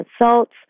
results